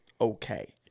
okay